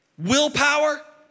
willpower